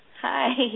Hi